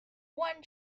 one